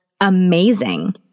amazing